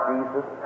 Jesus